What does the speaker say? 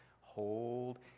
hold